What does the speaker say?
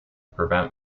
prevent